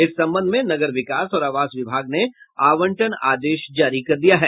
इस संबंध में नगर विकास और आवास विभाग ने आवंटन आदेश जारी कर दिया है